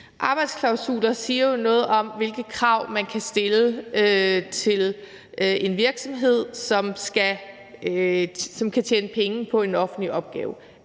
Arbejdsklausuler siger jo noget om, hvilke krav man kan stille til en virksomhed, som kan tjene penge på en offentlig opgave,